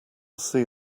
see